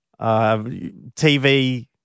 TV